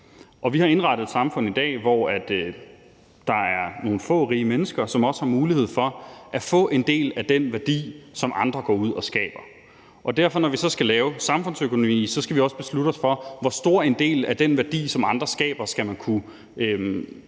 vi har indrettet et samfund i dag, hvor der er nogle få rige mennesker, som også har mulighed for at få en del af den værdi, som andre går ud og skaber. Når vi skal lave samfundsøkonomi, skal vi derfor også beslutte os for, hvor stor en del af den værdi, som andre skaber, man skal kunne få